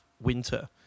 winter